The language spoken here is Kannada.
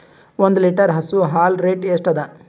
ಒಂದ್ ಲೀಟರ್ ಹಸು ಹಾಲ್ ರೇಟ್ ಎಷ್ಟ ಅದ?